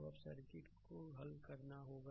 तो अब इस सर्किट को हल करना होगा